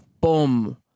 boom